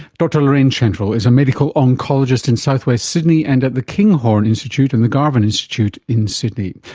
dr lorraine chantrill is a medical oncologist in south-west sydney and at the kinghorn institute and the garvan institute in sydney.